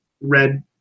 red